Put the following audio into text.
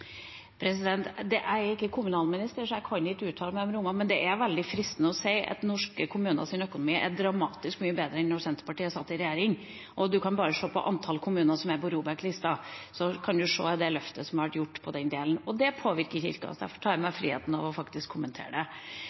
er ikke kommunalminister, så jeg kan ikke uttale meg om rammene, men det er veldig fristende å si at norske kommuners økonomi er dramatisk mye bedre enn da Senterpartiet satt i regjering. Man kan bare ved å se på antall kommuner som er på ROBEK-lista, se det løftet som har vært gjort på den delen. Og det påvirker Kirken, derfor tar jeg meg den friheten faktisk å kommentere det.